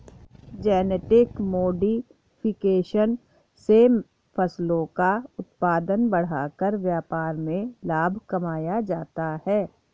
genetic modification से फसलों का उत्पादन बढ़ाकर व्यापार में लाभ कमाया जाता है